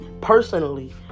personally